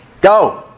Go